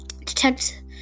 detect